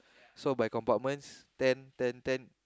so by compartments ten ten ten